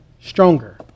stronger